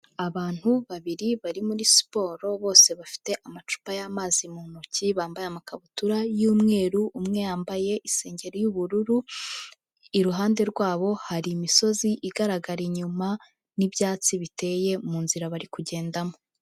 Abantu babiri bari muri siporo bose bafite amacupa y'amazi mu ntoki bambaye amakabutura y'umweru umwe yambaye isengeri y'bururu, iruhande rwabo hari imisozi igaragara inyuma n'ibyatsi biteye mu nzira bari kugendamo.